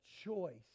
choice